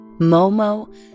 Momo